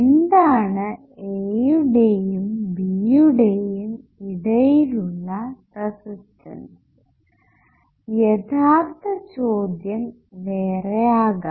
എന്താണ് A യുടെയും B യുടെയും ഇടയിൽ ഉള്ള റെസിസ്റ്റൻസ് യഥാർത്ഥ ചോദ്യം വേറെ ആകാം